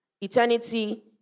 Eternity